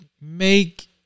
make